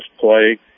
play